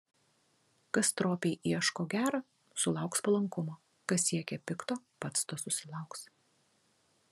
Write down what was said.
kas stropiai ieško gera sulauks palankumo kas siekia pikto pats to susilauks